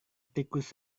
tikus